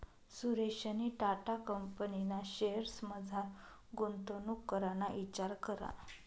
सुरेशनी टाटा कंपनीना शेअर्समझार गुंतवणूक कराना इचार करा